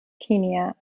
kenya